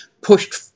pushed